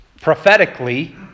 prophetically